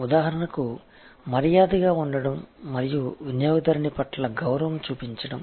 ఉదాహరణకు మర్యాదగా ఉండటం మరియు వినియోగదారుని పట్ల గౌరవం చూపించడం